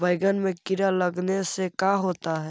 बैंगन में कीड़े लगने से का होता है?